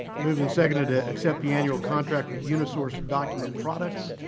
moved and seconded to accept the annual contract with unisource document products.